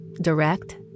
Direct